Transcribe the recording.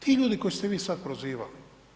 Ti ljudi koje ste vi sad prozivali.